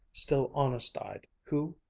still honest-eyed, who,